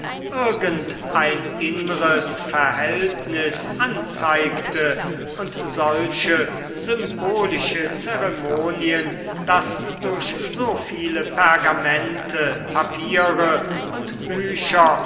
ein innres verhältnis anzeigte und solche symbolische zeremonien das durch so viele pergamente papiere und bücher